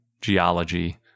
geology